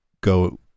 go